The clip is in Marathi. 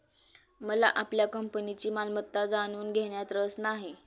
मला आपल्या कंपनीची मालमत्ता जाणून घेण्यात रस नाही